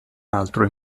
altro